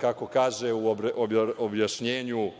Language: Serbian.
kako kaže u objašnjenju